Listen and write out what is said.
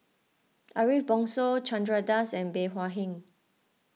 Ariff Bongso Chandra Das and Bey Hua Heng